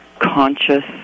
conscious